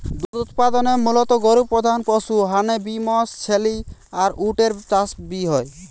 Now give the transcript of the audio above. দুধ উতপাদনে মুলত গরু প্রধান পশু হ্যানে বি মশ, ছেলি আর উট এর চাষ বি হয়